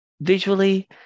visually